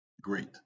Great